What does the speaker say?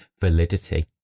validity